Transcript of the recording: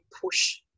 push